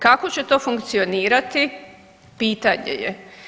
Kako će to funkcionirati pitanje je.